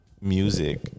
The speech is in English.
music